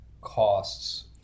costs